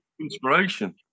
inspiration